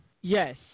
Yes